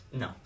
No